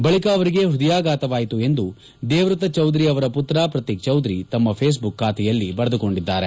ಬಳಕ ಅವರಿಗೆ ಹೃದಯಾಘಾತವಾಯಿತು ಎಂದು ದೇವವ್ರತ ಚೌಧರಿ ಅವರ ಪುತ್ರ ಪ್ರತೀಕ್ ಚೌಧರಿ ತಮ್ಮ ಫೇಸ್ಬುಕ್ ಖಾತೆಯಲ್ಲಿ ಬರೆದುಕೊಂಡಿದ್ದಾರೆ